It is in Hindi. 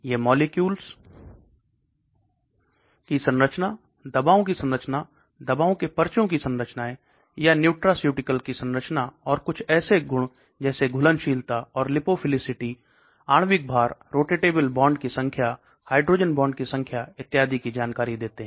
ये मॉलिक्यूल की संरचना दवाओं की संरचना दवाओं के पर्चे की संरचनाएं या न्यूट्रास्यूटिकल्स की संरचना और कुछ गुण जैसे घुलनशीलता और लिपोफिलिसिटी आणविक भार रोटेटेबल बॉन्ड की संख्या हाइड्रोजन बॉन्ड की संख्या इत्यादि की जानकारी देते हैं